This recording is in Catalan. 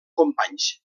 companys